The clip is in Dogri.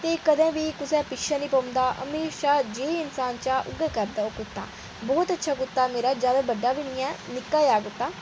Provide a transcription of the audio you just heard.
ते कदें बी कुसै दे पिच्छै नीं पौंदा हमेशा जो इन्सान चाह् ऊऐ करदा बहुत अच्छा कुत्ता मेरा जैदा बड़्ड़ा बी नीं ऐ निक्का गै मेरा कुत्ता